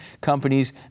companies